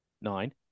nine